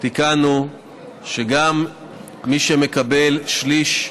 תיקנו שגם מי שמקבל שליש,